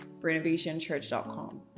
renovationchurch.com